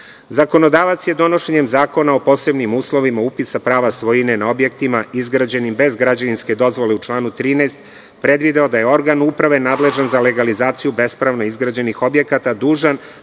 samouprave. Zakonodavac je donošenjem Zakona o posebnim uslovima upisa prava svojine na objektima izgrađenim bez građevinske dozvole, u članu 13. predvideo da je organ uprave nadležan za legalizaciju bespravno izgrađenih objekata dužan